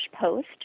post